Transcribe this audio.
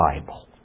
Bible